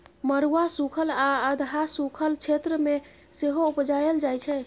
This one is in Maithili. मरुआ सुखल आ अधहा सुखल क्षेत्र मे सेहो उपजाएल जाइ छै